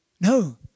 No